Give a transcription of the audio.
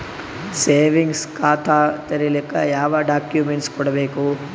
Savings ಖಾತಾ ತೇರಿಲಿಕ ಯಾವ ಡಾಕ್ಯುಮೆಂಟ್ ಕೊಡಬೇಕು?